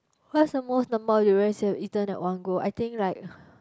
what's the most number of durians you have eaten at one go I think like